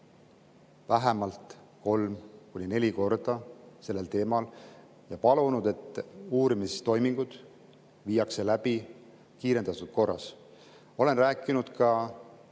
vähemalt kolm kuni neli korda sellel teemal ja palunud, et uurimistoimingud viidaks läbi kiirendatud korras. Olen rääkinud ka